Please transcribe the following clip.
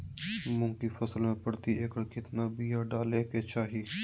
मूंग की फसल में प्रति एकड़ कितना बिया डाले के चाही?